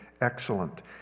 excellent